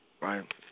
Right